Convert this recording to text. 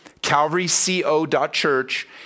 calvaryco.church